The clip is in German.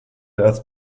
als